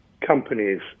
companies